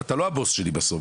אתה לא הבוס שלי בסוף.